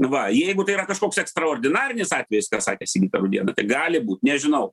va jeigu tai yra kažkoks ekstraordinarinis atvejis ką sakė sigita rudėnaitė gali būt nežinau